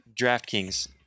DraftKings